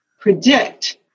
predict